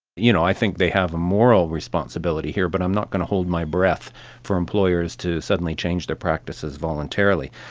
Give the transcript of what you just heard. you know, i think they have a moral responsibility here but i'm not going to hold my breath for employers to suddenly change their practices voluntarily.